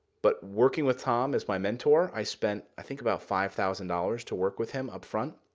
but working with tom as my mentor, i spent i think about five thousand dollars to work with him up front.